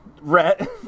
Rhett